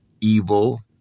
evil